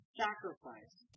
sacrifice